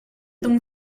donc